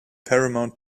paramount